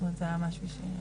זאת אומרת זה היה משהו ש-